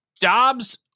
Dobbs